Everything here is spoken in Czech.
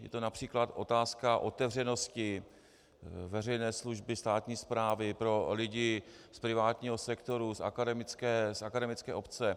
Byla to například otázka otevřenosti veřejné služby, státní správy pro lidi z privátního sektoru, z akademické obce.